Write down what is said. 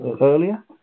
earlier